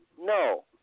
No